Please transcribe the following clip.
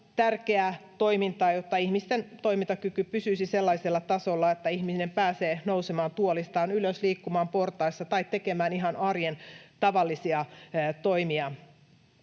tärkeää toimintaa, jotta ihmisten toimintakyky pysyisi sellaisella tasolla, että ihminen pääsee nousemaan tuolistaan ylös, liikkumaan portaissa tai tekemään ihan arjen tavallisia toimia.